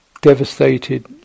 devastated